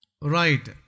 Right